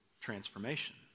transformation